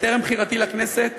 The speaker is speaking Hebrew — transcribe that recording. בטרם נבחרתי לכנסת